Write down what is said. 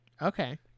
Okay